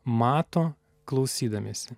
mato klausydamiesi